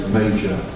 major